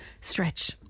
stretch